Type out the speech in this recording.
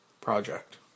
Project